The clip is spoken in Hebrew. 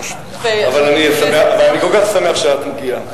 אבל אני כל כך שמח שאת מגיעה,